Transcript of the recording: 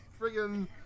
friggin